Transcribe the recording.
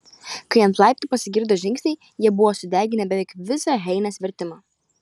kai ant laiptų pasigirdo žingsniai jie buvo sudeginę beveik visą heinės vertimą